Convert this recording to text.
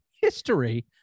history